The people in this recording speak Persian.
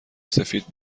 سفید